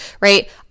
Right